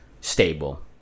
stable